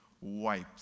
wiped